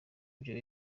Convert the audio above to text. vyo